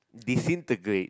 they seen the grade